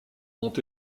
ont